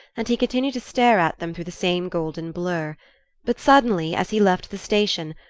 and he continued to stare at them through the same golden blur but suddenly, as he left the station,